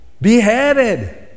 Beheaded